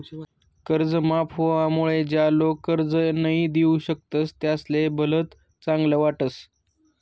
कर्ज माफ व्हवामुळे ज्या लोक कर्ज नई दिऊ शकतस त्यासले भलत चांगल वाटस